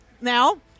Now